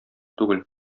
түгел